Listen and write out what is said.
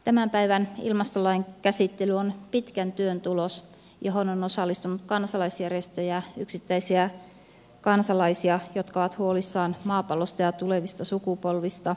tämän päivän ilmastolain käsittely on pitkän työn tulos johon on osallistunut kansalaisjärjestöjä yksittäisiä kansalaisia jotka ovat huolissaan maapallosta ja tulevista sukupolvista